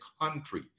country